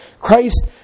Christ